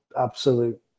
absolute